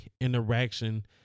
interaction